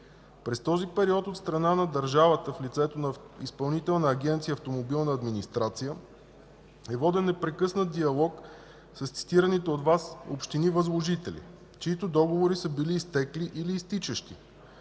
През този период от страна на държавата в лицето на Изпълнителна агенция „Автомобилна администрация” е воден непрекъснат диалог с цитираните от Вас общини – възложители, чиито договори са били изтекли или изтичащи.